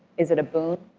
is it a boon?